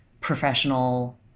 professional